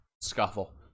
scuffle